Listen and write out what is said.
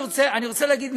אני רוצה להגיד,